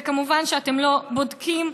ומובן שאתם לא בודקים,